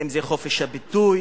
אם זה חופש הביטוי